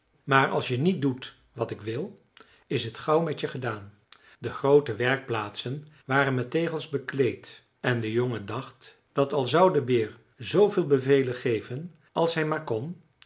maar als je niet doet wat ik wil is t gauw met je gedaan de groote werkplaatsen waren met tegels bekleed en de jongen dacht dat al zou de beer zooveel bevelen geven als hij maar kon